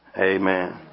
Amen